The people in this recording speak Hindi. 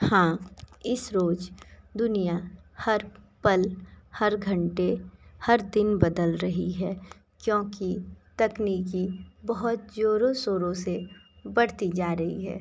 हाँ इस रोज दुनिया हर पल हर घंटे हर दिन बदल रही है क्योंकि तकनीकी बहुत जोरों शोरों से बढ़ती जा रही है